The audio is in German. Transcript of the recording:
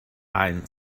ein